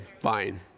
fine